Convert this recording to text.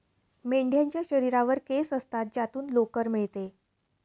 मेंढ्यांच्या शरीरावर केस असतात ज्यातून लोकर मिळते